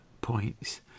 points